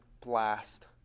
blast